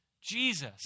Jesus